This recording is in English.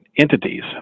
entities